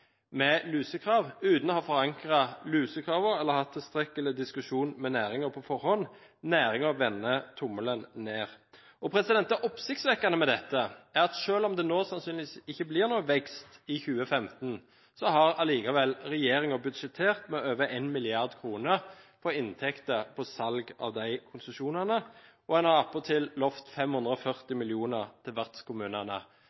med lusekrav, uten å ha forankret lusekravene eller hatt tilstrekkelig diskusjon med næringen på forhånd. Næringen vender tommelen ned. Det oppsiktsvekkende med dette er at selv om det nå sannsynligvis ikke blir noen vekst i 2015, har allikevel regjeringen budsjettert med over 1 mrd. kr på inntekter på salg av de konsesjonene, og en har attpåtil lovet 540 mill. kr til